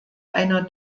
einer